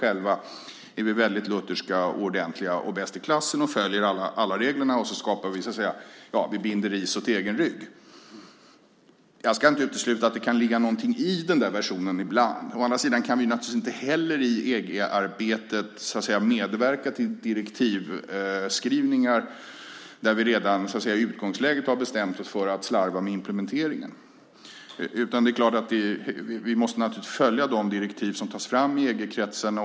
Själva är vi väldigt lutherska, ordentliga och bäst i klassen och följer alla reglerna och binder ris åt egen rygg. Jag ska inte utesluta att det kan ligga någonting i den versionen ibland. Å andra sidan kan vi inte heller i EG-arbetet medverka till direktivskrivningar där vi redan i utgångsläget har bestämt oss för att slarva med implementeringen. Vi måste naturligtvis följa de direktiv som tas fram i EG-kretsen.